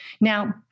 Now